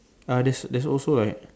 ah there's there's also like